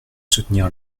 soutenir